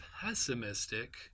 pessimistic